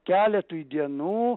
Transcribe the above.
keletui dienų